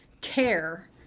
care